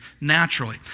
naturally